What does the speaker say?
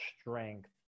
strength